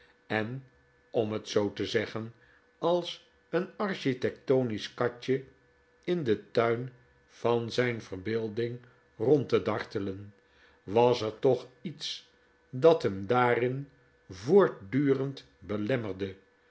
en om het zoo te zeggen als een architectonisch katje in den tuin van zijn verbeelding rond te dartelen was er toch iets dat hem daarin voortdurend belemmerde